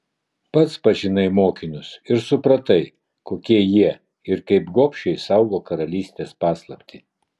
pats pažinai mokinius ir supratai kokie jie ir kaip gobšiai saugo karalystės paslaptį